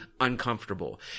uncomfortable